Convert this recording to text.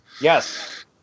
Yes